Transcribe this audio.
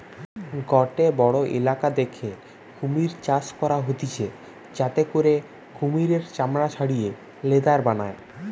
গটে বড়ো ইলাকা দ্যাখে কুমির চাষ করা হতিছে যাতে করে কুমিরের চামড়া ছাড়িয়ে লেদার বানায়